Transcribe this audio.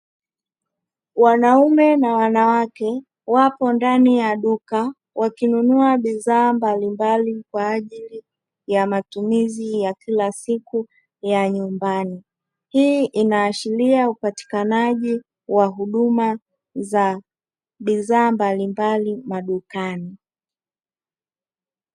Wanaume na wanawake wapo ndani ya duka wakinunua bidhaa mbalimbali kwa ajili ya matumizi ya kila siku ya nyumbani. Hii inaashiria upatikanaji wa huduma za bidhaa mbalimbali madukani.